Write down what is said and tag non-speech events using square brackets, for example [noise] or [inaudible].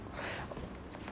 [breath]